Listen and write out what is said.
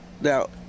Now